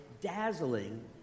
dazzling